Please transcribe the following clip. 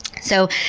so,